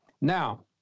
now